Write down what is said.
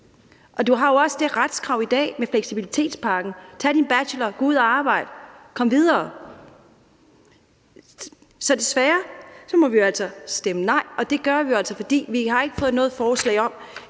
har man jo også det retskrav i dag, at man kan tage sin bachelor, gå ud at arbejde og komme videre. Så desværre må vi jo altså stemme nej, og det gør vi, fordi vi ikke har fået noget forslag,